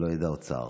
שלא ידע עוד צער.